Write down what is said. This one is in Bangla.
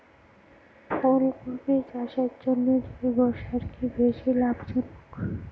ফুলকপি চাষের জন্য জৈব সার কি বেশী লাভজনক?